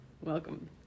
Welcome